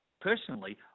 Personally